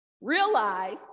realize